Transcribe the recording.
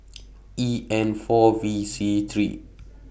E N four V C three